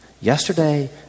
yesterday